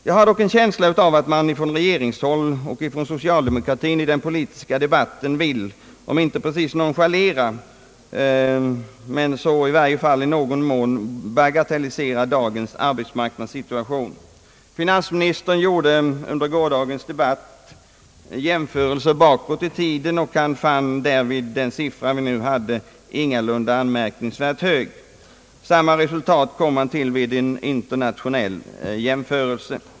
Jag har dock en känsla av att man från regeringshåll i den politiska debatten vill — inte nonchalera men i någon mån bagatellisera dagens arbetsmarknadssituation. Finansministern gjorde jämförelser bakåt i tiden, och han fann därvid den siffra vi nu har ingalunda anmärkningsvärt hög. Samma resultat kom han till vid en internationell jämförelse.